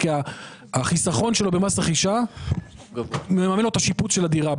כי החיסכון שלו במס רכישה מממן לו את השיפוץ של הדירה.